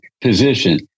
position